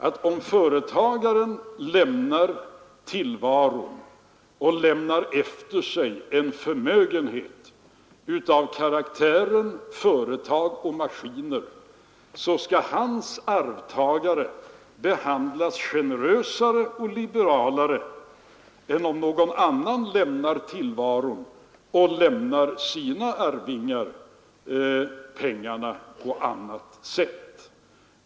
Om en företagare går bort och lämnar efter sig en förmögenhet i form av företag och maskiner, skall hans arvtagare då behandlas mera generöst och liberalt än arvtagare till en annan person som har gått bort och som lämnat efter sig pengar placerade på annat sätt?